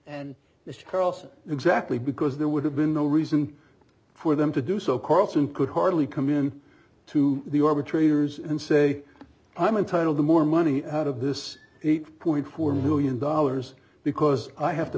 mr carlson exactly because there would have been no reason for them to do so carlson could hardly come in to the arbitrators and say i'm entitled to more money out of this eight point four million dollars because i have to